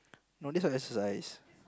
no this not exercise